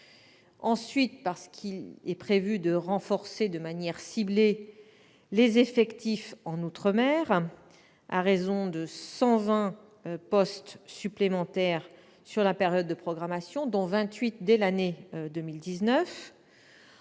Ensuite, il est prévu de renforcer de manière ciblée les effectifs en outre-mer, à raison de 120 postes supplémentaires sur la période de programmation, dont 28 dès l'année 2019.